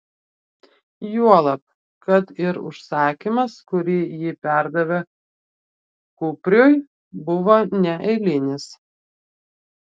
juolab kad ir užsakymas kurį ji perdavė kupriui buvo neeilinis